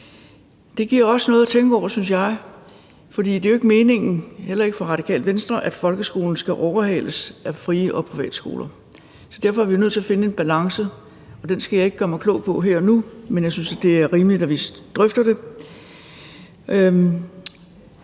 Det giver os noget at tænke over, synes jeg, for det er jo ikke meningen, heller ikke for Radikale Venstre, at folkeskolen skal overhales af fri- og privatskoler. Derfor er vi nødt til at finde en balance, og den skal jeg ikke gøre mig klog på her og nu, men jeg synes, at det er rimeligt, at vi drøfter det.